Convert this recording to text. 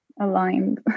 aligned